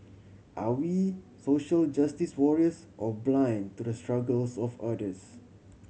are we social justice warriors or blind to the struggles of others